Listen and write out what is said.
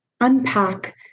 unpack